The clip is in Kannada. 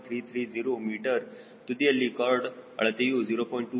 330 ಮೀಟರ್ ತುದಿಯಲ್ಲಿ ಕಾರ್ಡ್ ಅಳತೆಯು 0